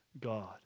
God